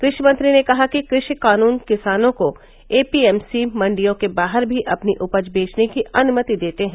कृषिमंत्री ने कहा कि कृषि कानून किसानों को एपीएमसी मंडियों के बाहर भी अपनी उपज बेचने की अनुमति देते हैं